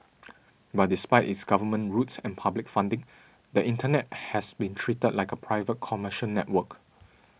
but despite its government roots and public funding the Internet has been treated like a private commercial network